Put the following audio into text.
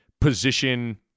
position